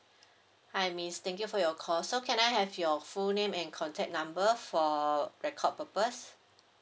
hi miss thank you for your call so can I have your full name and contact number for record purpose